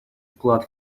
вклад